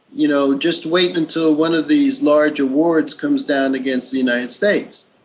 you know, just wait until one of these large awards comes down against the united states.